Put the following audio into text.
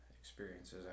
experiences